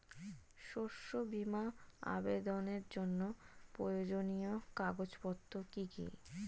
শস্য বীমা আবেদনের জন্য প্রয়োজনীয় কাগজপত্র কি কি?